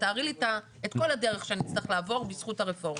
תארי לי את כל הדרך שאני אצטרך לעבור בזכות הרפורמה.